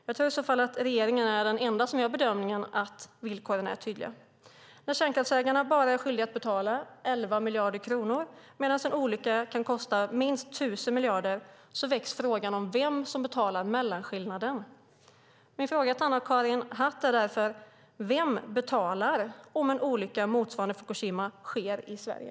Jag tror att regeringen är den enda som gör bedömningen att villkoren är tydliga. När kärnkraftsägarna bara är skyldiga att betala 11 miljarder kronor medan en olycka kan kosta minst 1 000 miljarder väcks frågan vem som betalar mellanskillnaden. Min fråga till Anna-Karin Hatt är därför: Vem betalar om en olycka motsvarande Fukushima sker i Sverige?